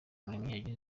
habumuremyi